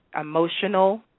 emotional